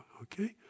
okay